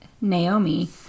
Naomi